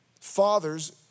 Fathers